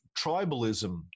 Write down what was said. tribalism